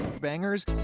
Bangers